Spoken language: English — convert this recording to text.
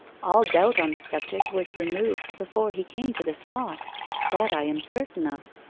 all doubt on the subject was removed before he came to the spot that i am certain of.